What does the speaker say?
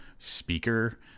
Speaker